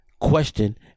question